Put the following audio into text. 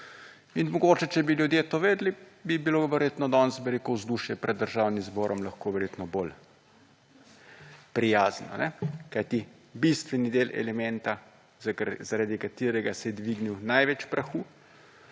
In mogoče, če bi ljudje to vedeli, bi bilo verjetno danes vzdušje pred Državnim zborom lahko verjetno bolj prijazno, kajti bistveni del elementa zaradi katerega se je dvignilo največ prahu,